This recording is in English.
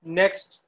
next